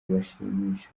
bashimisha